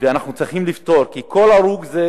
ואנחנו צריכים לפתור זאת,